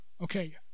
okay